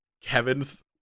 Kevin's